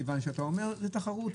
כי אתה אומר שזה תחרות,